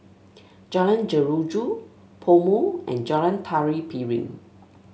Jalan Jeruju PoMo and Jalan Tari Piring